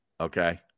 Okay